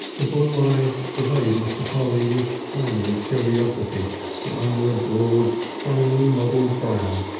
the blue eyes surveyed mr. polly with kindly curiosity from under a broad, finely modelled brow,